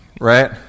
Right